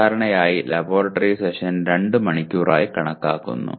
സാധാരണയായി laboratory session 2 മണിക്കൂറായി കണക്കാക്കുന്നു